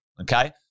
okay